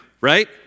right